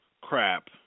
crap